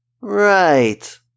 Right